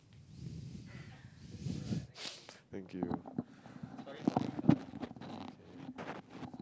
thank you